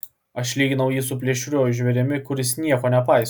aš lyginau jį su plėšriuoju žvėrimi kuris nieko nepaiso